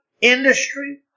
industry